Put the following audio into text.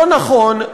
לא נכון,